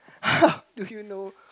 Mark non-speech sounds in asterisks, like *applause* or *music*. *breath* how do you know